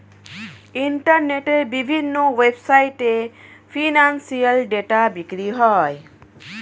ইন্টারনেটের বিভিন্ন ওয়েবসাইটে এ ফিনান্সিয়াল ডেটা বিক্রি করে